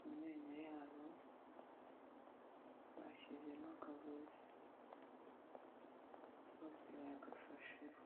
mu menyo yabo bashyizemo akagozi bose bagafasheho.